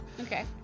Okay